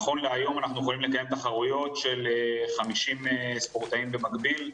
נכון להיום אנחנו יכולים לקיים תחרויות של 50 ספורטאים במקביל.